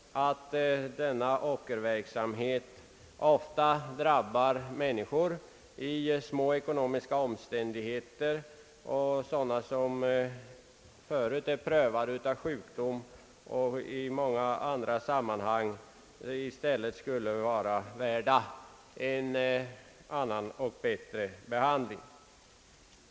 Denna ockerverksamhet drabbar ofta människor i små ekonomiska omständigheter, som förut är prövade av sjukdom och annat och vore värda en annan och bättre behandling.